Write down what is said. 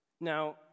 Now